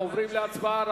אנחנו עוברים להצבעה.